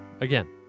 Again